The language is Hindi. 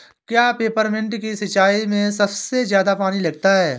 क्या पेपरमिंट की सिंचाई में सबसे ज्यादा पानी लगता है?